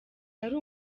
yari